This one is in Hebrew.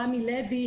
הם לא רמי לוי,